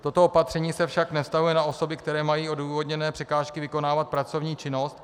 Toto opatření se však nevztahuje na osoby, které mají odůvodněné překážky vykonávat pracovní činnost.